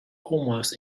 almost